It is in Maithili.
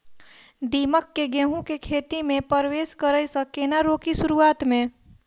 दीमक केँ गेंहूँ केँ खेती मे परवेश करै सँ केना रोकि शुरुआत में?